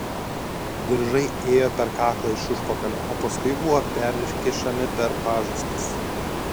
diržai ėjo per kaklą iš užpakalio o paskui buvo perkišami per pažastis